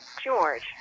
George